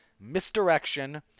misdirection